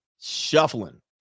shuffling